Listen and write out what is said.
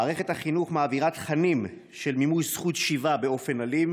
מערכת החינוך מעבירה תכנים של מימוש זכות שיבה באופן אלים.